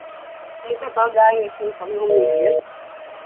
लेकर तो हम जाएँगे फिर कभी घूमने के लिए